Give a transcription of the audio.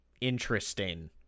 interesting